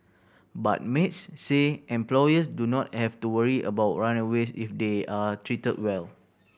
but Maids say employers do not have to worry about runaways if they are treated well